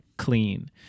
clean